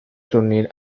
reunir